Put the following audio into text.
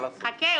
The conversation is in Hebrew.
מה לעשות --- חכה,